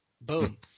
Boom